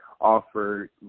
offer